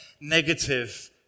negative